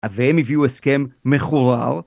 והם הביאו הסכם מחורר